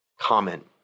comment